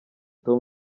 tom